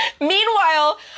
Meanwhile